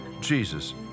Jesus